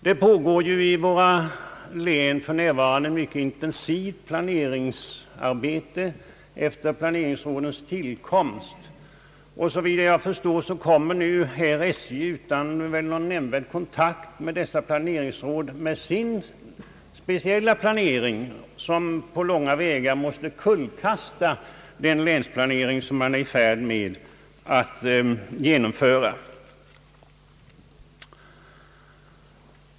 Det pågår ju i våra län för närvarande ett mycket intensivt planeringsarbete efter planeringsrådens tillkomst, och såvitt jag förstår kommer nu SJ utan någon nämnvärd kontakt med dessa planeringsråd med sin speciella planering som på långa vägar måste kullkasta den länsplanering som man här är i färd med att genomföra.